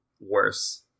worse